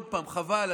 עוד פעם: חבל,